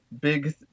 big